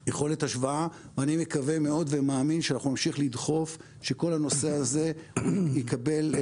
אני מקווה מאוד ומאמין שאנחנו נמשיך לדחוף שכל הנושא הזה הוא